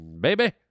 baby